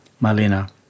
Malena